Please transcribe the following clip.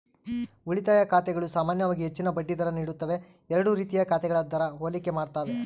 ಉಳಿತಾಯ ಖಾತೆಗಳು ಸಾಮಾನ್ಯವಾಗಿ ಹೆಚ್ಚಿನ ಬಡ್ಡಿ ದರ ನೀಡುತ್ತವೆ ಎರಡೂ ರೀತಿಯ ಖಾತೆಗಳ ದರ ಹೋಲಿಕೆ ಮಾಡ್ತವೆ